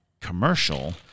commercial